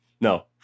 No